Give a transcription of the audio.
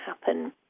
happen